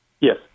Yes